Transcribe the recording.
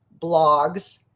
blogs